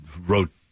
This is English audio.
wrote